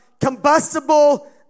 combustible